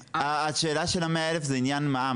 השאלה של ה-100,000 היא לעניין מע"מ.